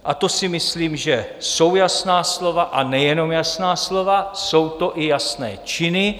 A to si myslím, že jsou jasná slova, a nejenom jasná slova, jsou to i jasné činy.